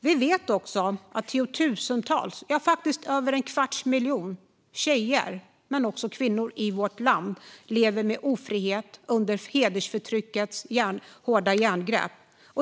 Vi vet också att tiotusentals, faktiskt över en kvarts miljon, tjejer och kvinnor i vårt land lever i ofrihet under hedersförtryckets hårda järngrepp.